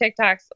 TikToks